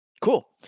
Cool